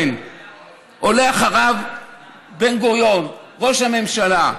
עולה אחריו בן-גוריון, ראש הממשלה,